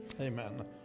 Amen